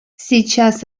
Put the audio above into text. сейчас